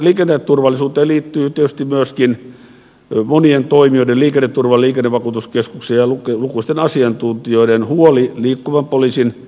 liikenneturvallisuuteen liittyy tietysti myöskin monien toimijoiden liikenneturvan liikennevakuutuskeskuksen ja lukuisten asiantuntijoiden huoli liikkuvan poliisin lakkauttamisesta